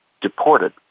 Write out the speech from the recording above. deported